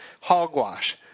Hogwash